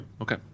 Okay